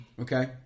Okay